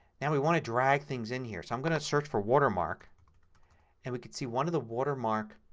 now we want to drag things in here. so i'm going to search for watermark and we can see one of the watermark